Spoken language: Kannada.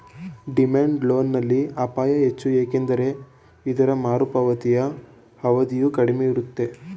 ಡಿಮ್ಯಾಂಡ್ ಲೋನ್ ನಲ್ಲಿ ಅಪಾಯ ಹೆಚ್ಚು ಏಕೆಂದರೆ ಇದರ ಮರುಪಾವತಿಯ ಅವಧಿಯು ಕಡಿಮೆ ಇರುತ್ತೆ